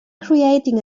creating